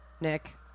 Nick